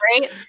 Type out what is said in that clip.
right